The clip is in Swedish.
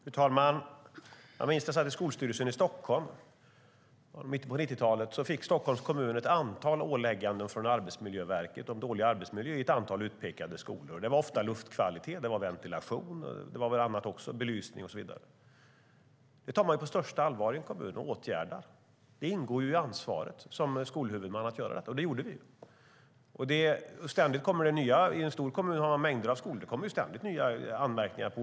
Fru talman! När jag satt i skolstyrelsen i Stockholm i mitten av 90-talet fick Stockholms kommun ett antal ålägganden från Arbetsmiljöverket om dålig arbetsmiljö på ett antal utpekade skolor. Det handlade om luftkvalitet, ventilation, belysning och annat. Det tog vi på största allvar och åtgärdade, för det ingick i vårt ansvar som skolhuvudmän att göra det. I en stor kommun finns det mängder av skolor, och det kommer ständigt nya anmärkningar.